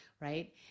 right